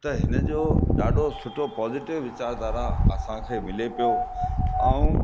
त हिनजो ॾाढो सुठो पोज़ीटिव विचारधारा असांखे मिले पियो ऐं